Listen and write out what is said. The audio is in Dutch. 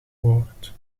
woord